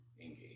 engage